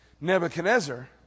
Nebuchadnezzar